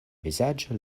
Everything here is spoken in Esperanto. vizaĝo